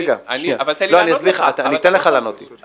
רגע, שנייה, אני אתן לך לענות לי.